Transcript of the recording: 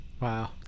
Wow